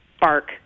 bark